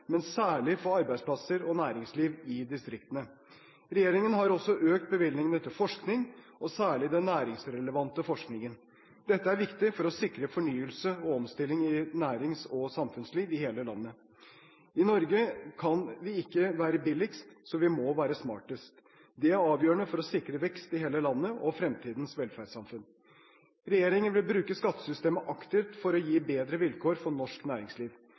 men særlig for arbeidsplasser og næringsliv i distriktene. Regjeringen har også økt bevilgningene til forskning og særlig til den næringsrelevante forskningen. Dette er viktig for å sikre fornyelse og omstilling i nærings- og samfunnsliv i hele landet. I Norge kan vi ikke være billigst – så vi må være smartest. Det er avgjørende for å sikre vekst i hele landet – og fremtidens velferdssamfunn. Regjeringen vil bruke skattesystemet aktivt til å gi bedre vilkår for norsk næringsliv.